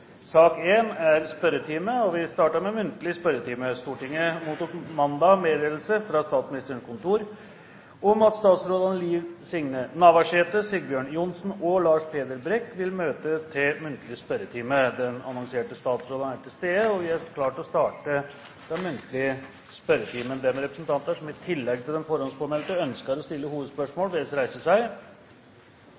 Stortinget mottok mandag meddelelse fra Statsministerens kontor om at følgende statsråder vil møte til muntlig spørretime: statsråd Liv Signe Navarsete statsråd Sigbjørn Johnsen statsråd Lars Peder Brekk De annonserte statsrådene er til stede, og vi er klare til å starte den muntlige spørretimen. De representanter som i tillegg til de forhåndspåmeldte ønsker å stille hovedspørsmål,